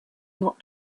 not